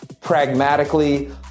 pragmatically